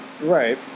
Right